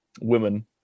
women